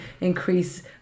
increase